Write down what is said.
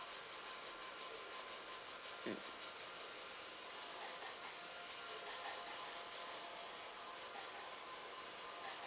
mm